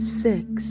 six